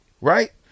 Right